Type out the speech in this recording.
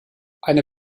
eine